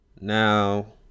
now